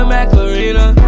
Macarena